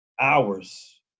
hours